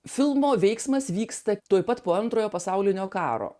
filmo veiksmas vyksta tuoj pat po antrojo pasaulinio karo